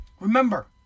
Remember